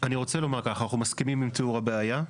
רוצה לומר ככה, אנחנו מסכימים עם תיאור הבעיה,